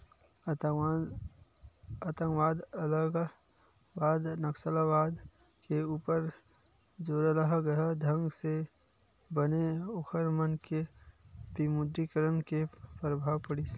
आंतकवाद, अलगावाद, नक्सलवाद के ऊपर जोरलगहा ढंग ले बने ओखर मन के म विमुद्रीकरन के परभाव पड़िस